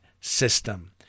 system